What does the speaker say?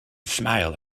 smile